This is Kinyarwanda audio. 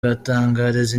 bwatangarije